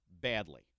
badly